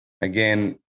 Again